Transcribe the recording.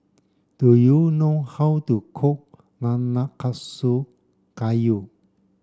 do you know how to cook Nanakusa Gayu